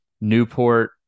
Newport